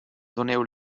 doneu